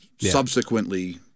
subsequently